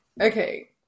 Okay